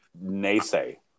naysay